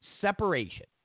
separation